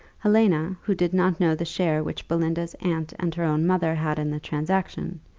helena, who did not know the share which belinda's aunt and her own mother had in the transaction,